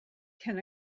can